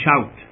shout